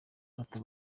gato